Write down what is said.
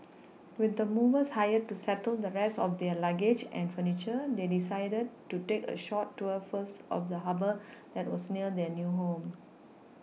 with the movers hired to settle the rest of their luggage and furniture they decided to take a short tour first of the Harbour that was near their new home